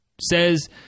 says